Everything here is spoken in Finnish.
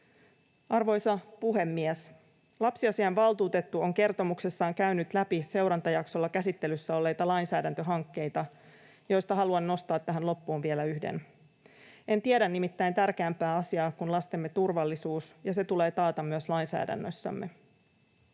Arvoisa puhemies! Lapsiasiainvaltuutettu on kertomuksessaan käynyt läpi seurantajaksolla käsittelyssä olleita lainsäädäntöhankkeita, joista haluan nostaa tähän loppuun vielä yhden. En nimittäin tiedä tärkeämpää asiaa kuin lastemme turvallisuus, ja se tulee taata myös lainsäädännössämme.